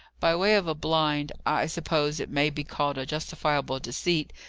by way of a blind i suppose it may be called a justifiable deceit,